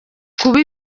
kuba